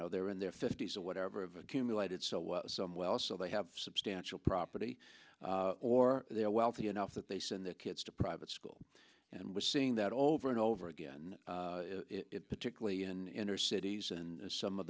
know they're in their fifty's or whatever of accumulated some well so they have substantial property or they're wealthy enough that they send their kids to private school and we're seeing that over and over again particularly in cities and some of